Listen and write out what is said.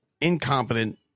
incompetent